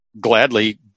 gladly